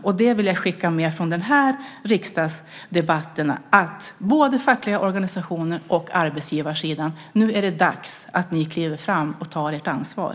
Från den här riksdagsdebatten vill jag skicka med till både fackliga organisationer och arbetsgivarsidan: Nu är det dags att ni kliver fram och tar ert ansvar!